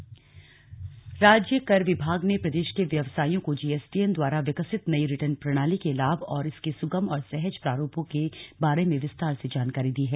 जी S T N राज्य कर विभाग ने प्रदेश के व्यवसायियों को जीएसटीएन द्वारा विकसित नई रिटर्न प्रणाली के लाभ और इसके सुगम और सहज प्रारूपों के बारे में विस्तार से जानकारी दी है